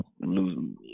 losing